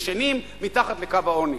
ישנים מתחת לקו העוני.